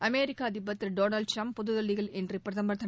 அமெரிக்க அதிபர் திரு Donald Trump புதுதில்லியில் இன்று பிரதமர் திரு